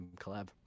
collab